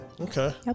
Okay